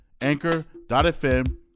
anchor.fm